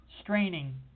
straining